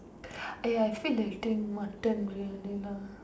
!aiya! I feel like eating mutton lah briyani